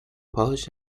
polish